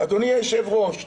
אדוני היושב-ראש,